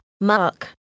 Mark